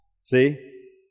See